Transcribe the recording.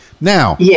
Now